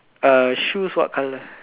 err shoes what color